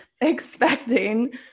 expecting